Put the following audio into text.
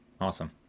Awesome